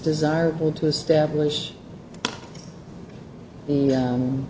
desirable to establish the